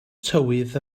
tywydd